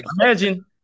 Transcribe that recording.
imagine